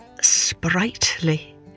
sprightly